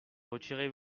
retirez